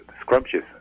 scrumptious